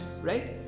right